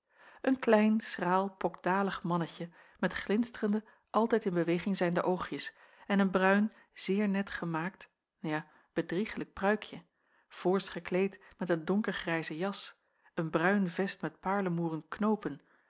een klein schraal pokdalig mannetje met glinsterende altijd in beweging zijnde oogjes en een bruin zeer net gemaakt ja bedrieglijk pruikje voorts gekleed met een donkergrijze jas een bruin vest met paarlemoeren knoopen